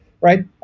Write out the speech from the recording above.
Right